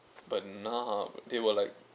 but now they were like